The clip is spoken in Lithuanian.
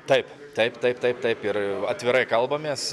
taip taip taip taip taip ir atvirai kalbamės